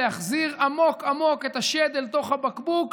להחזיר עמוק עמוק את השד לתוך הבקבוק,